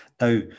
Now